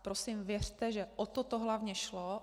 Prosím, věřte, že o toto to hlavně šlo.